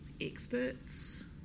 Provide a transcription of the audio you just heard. experts